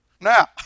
Now